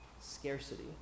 Scarcity